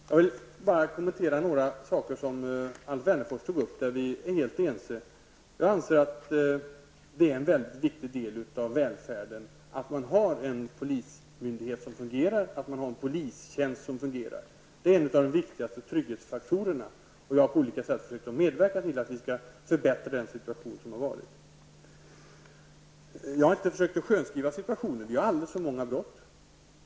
Jag vill även kommentera några saker som Alf Wennerfors tog upp, där jag anser att vi är helt ense. En mycket viktig del av välfärden är en polismyndighet som fungerar och en polistjänst som fungerar. Det är en av de viktigaste trygghetsfaktorerna. Jag har på olika sätt försökt medverka till att vi skall förbättra den situation som har varit. Jag har inte försökt skönmåla situationen. Det begås alldeles för många brott.